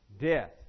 Death